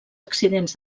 accidents